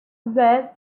west